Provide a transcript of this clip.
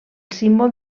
símbol